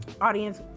audience